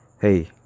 Hey